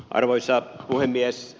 arvoisa puhemies